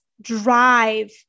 drive